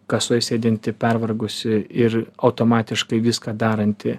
kasoj sėdinti pervargusi ir automatiškai viską daranti